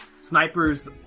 snipers